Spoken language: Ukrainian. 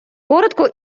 коротко